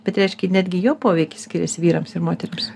bet reiškia netgi jo poveikis skiriasi vyrams ir moterims